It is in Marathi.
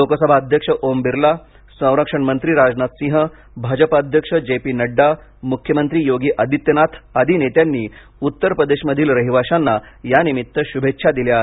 लोकसभा अध्यक्ष ओम बिर्ला संरक्षणमंत्री राजनाथ सिंह भाजप अध्यक्ष जे पी नड्डा मुख्यमंत्री योगी आदित्यनाथ आदी नेत्यांनी उत्तर प्रदेशमधील रहिवाशांना यानिमित्त शुभेच्छा दिल्या आहेत